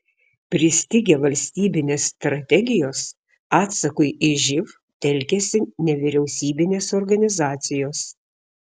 pristigę valstybinės strategijos atsakui į živ telkiasi nevyriausybinės organizacijos